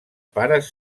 pares